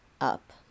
up